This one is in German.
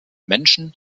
menschen